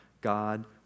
God